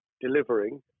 delivering